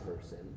person